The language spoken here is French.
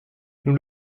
nous